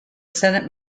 senate